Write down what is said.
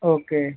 okay